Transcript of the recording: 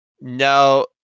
No